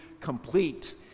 complete